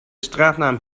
straatnaam